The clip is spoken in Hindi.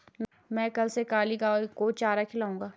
मैं कल से काली गाय को चारा खिलाऊंगा